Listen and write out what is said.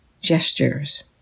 gestures